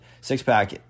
six-pack